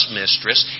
mistress